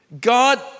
God